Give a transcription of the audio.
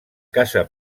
casa